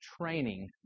training